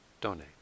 donate